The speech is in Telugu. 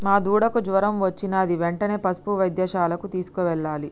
మా దూడకు జ్వరం వచ్చినది వెంటనే పసుపు వైద్యశాలకు తీసుకెళ్లాలి